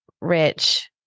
rich